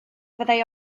fyddai